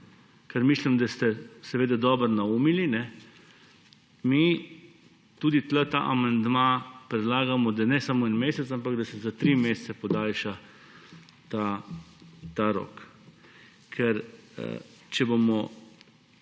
ker mislim, da ste seveda dobro naumili. Mi tudi tukaj ta amandma predlagamo, da ne samo za en mesec, ampak da se za tri mesece podaljša ta rok. Če bomo